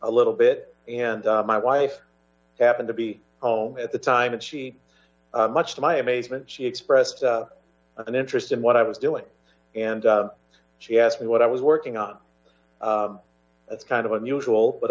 a little bit and my wife happened to be home at the time and she much to my amazement she expressed an interest in what i was doing and she asked me what i was working on that's kind of unusual but